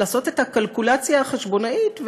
לעשות את הקלקולציה החשבונאית,